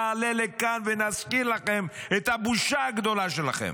נעלה לכאן ונזכיר לכם את הבושה הגדולה שלכם.